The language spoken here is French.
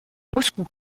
moscou